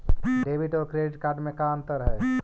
Debit और credit card में का अंतर है?